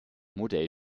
modell